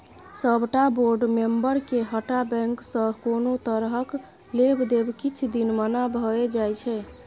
सबटा बोर्ड मेंबरके हटा बैंकसँ कोनो तरहक लेब देब किछ दिन मना भए जाइ छै